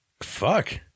Fuck